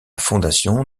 fondation